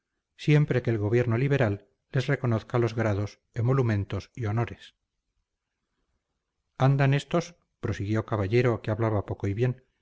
siempre que el gobierno liberal les reconozca grados emolumentos y honores andan estos prosiguió caballero que hablaba poco y bien